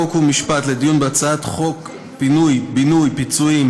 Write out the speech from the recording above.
חוק ומשפט לדיון בהצעת חוק פינוי-בינוי (פיצויים)